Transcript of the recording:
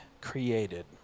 created